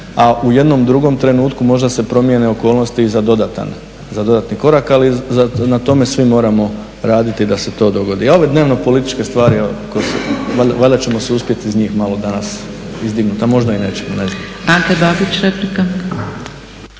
a u jednom drugom trenutku možda se promijene okolnosti i za dodatni korak. Ali na tome svi moramo raditi da se to dogodi. A ove dnevno-političke stvari valjda ćemo se uspjeti iz njih malo danas izdignuti, a možda i nećemo, ne znam.